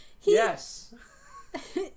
Yes